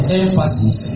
emphasis